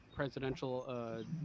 presidential